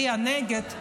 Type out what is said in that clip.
להצביע נגד,